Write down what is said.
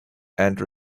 and